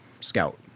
scout